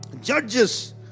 Judges